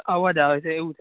અવાજ આવે છે એવું છે